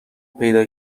پیدا